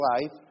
life